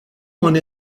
one